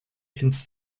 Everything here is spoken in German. ins